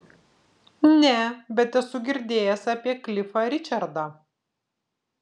ne bet esu girdėjęs apie klifą ričardą